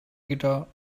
guitar